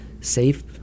safe